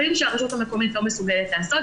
דברים שהרשות המקומיות לא מסוגלת לעשות,